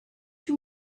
you